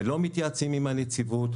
לא מתייעצים עם הנציבות.